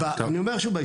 אני אומר שוב,